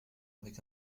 avec